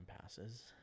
passes